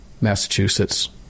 Massachusetts